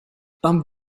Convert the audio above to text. tam